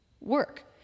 work